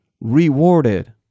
rewarded